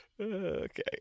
okay